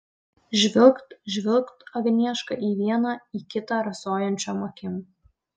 žvilgt žvilgt agnieška į vieną į kitą rasojančiom akim